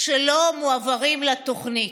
והם לא מועברים לתוכנית.